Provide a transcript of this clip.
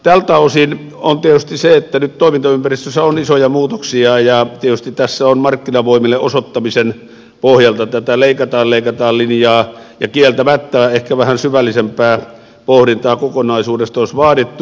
tältä osin on tietysti niin että nyt toimintaympäristössä on isoja muutoksia ja tietysti tässä on markkinavoimille osoittamisen pohjalta tätä leikataan leikataan linjaa ja kieltämättä ehkä vähän syvällisempää pohdintaa kokonaisuudesta olisi vaadittu